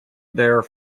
there